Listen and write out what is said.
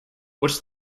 what’s